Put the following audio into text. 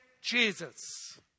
Jesus